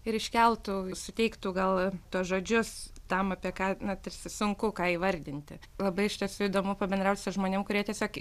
ir iškeltų suteiktų gal tuos žodžius tam apie ką na tarsi sunku ką įvardinti labai iš tiesų įdomu pabendraut su žmonėm kurie tiesiog